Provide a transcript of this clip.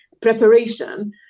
preparation